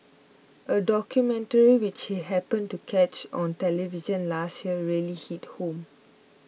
a documentary which he happened to catch on television last year really hit home